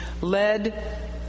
led